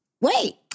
wait